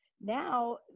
now